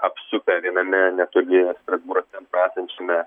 apsupę viename netoli strasbūro centro esančiame